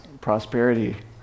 prosperity